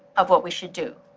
of what we should do.